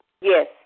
Yes